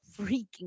freaking